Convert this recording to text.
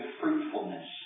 fruitfulness